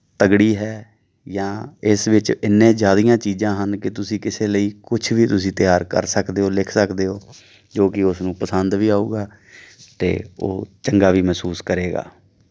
ਤਕੜੀ ਹੈ ਜਾਂ ਇਸ ਵਿੱਚ ਇੰਨੇ ਜ਼ਿਆਦੀਆਂ ਚੀਜ਼ਾਂ ਹਨ ਕਿ ਤੁਸੀਂ ਕਿਸੇ ਲਈ ਕੁਛ ਵੀ ਤੁਸੀਂ ਤਿਆਰ ਕਰ ਸਕਦੇ ਹੋ ਲਿਖ ਸਕਦੇ ਹੋ ਜੋ ਕਿ ਉਸਨੂੰ ਪਸੰਦ ਵੀ ਆਊਗਾ ਅਤੇ ਉਹ ਚੰਗਾ ਵੀ ਮਹਿਸੂਸ ਕਰੇਗਾ